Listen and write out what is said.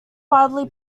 wildly